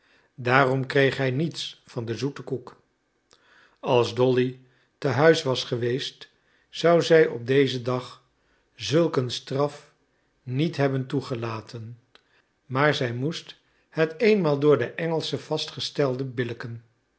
daarom kreeg hij niets van de zoete koek als dolly te huis was geweest zou zij op dezen dag zulk een straf niet hebben toegelaten maar zij moest het eenmaal door de engelsche vastgestelde